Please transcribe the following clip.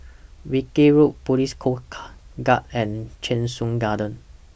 Wilkie Road Police Coast Guard and Cheng Soon Garden